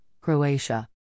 Croatia